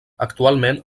actualment